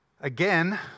Again